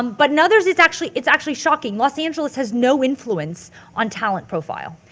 um but in others it's actually, it's actually shocking. los angeles has no influence on talent profile.